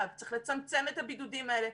צריך לצמצם את הבידודים האלה.